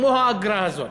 כמו האגרה הזאת.